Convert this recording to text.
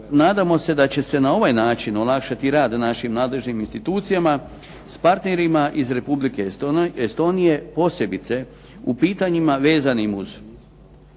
nadamo se da će se na ovaj način olakšati rad našim nadležnim institucijama s partnerima iz Republike Estonije posebice u pitanjima vezanim uz